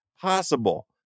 possible